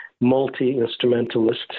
multi-instrumentalist